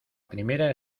primera